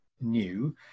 new